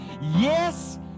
yes